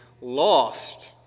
lost